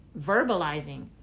verbalizing